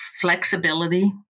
Flexibility